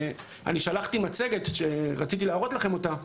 אני שלחתי מצגת שרציתי להראות לכם אותה.